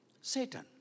Satan